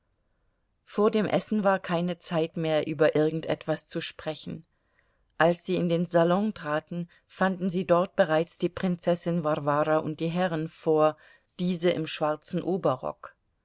vor dem essen war keine zeit mehr über irgend etwas zu sprechen als sie in den salon traten fanden sie dort bereits die prinzessin warwara und die herren vor diese im schwarzen oberrock